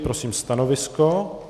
Prosím stanovisko.